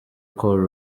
call